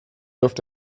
läuft